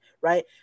right